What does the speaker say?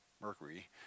mercury